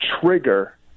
trigger